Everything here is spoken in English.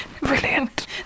Brilliant